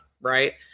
right